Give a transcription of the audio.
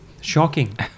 Shocking